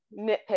nitpick